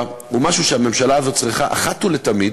הוא משהו שהממשלה הזאת צריכה אחת ולתמיד